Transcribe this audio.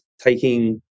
taking